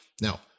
Now